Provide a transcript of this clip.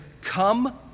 come